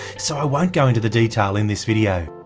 so i won't go into the detail in this video.